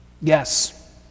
Yes